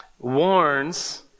warns